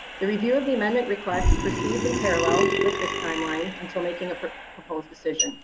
the review of the amendment request proceeds in parallel with this timeline until making a proposed decision